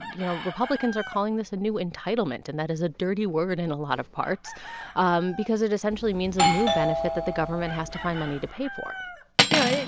you know, republicans are calling this a new entitlement, and that is a dirty word in a lot of parts um because it essentially means a new benefit that the government has to find money to pay for you know,